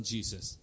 Jesus